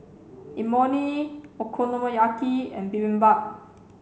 Imoni Okonomiyaki and Bibimbap